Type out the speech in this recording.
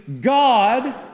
God